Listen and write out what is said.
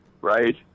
Right